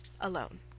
alone